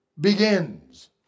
begins